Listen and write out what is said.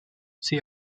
she